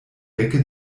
decke